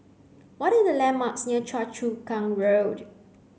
what are the landmarks near Choa Chu Kang Road